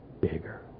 bigger